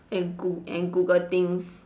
and goo~ and Google things